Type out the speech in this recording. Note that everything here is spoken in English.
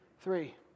Three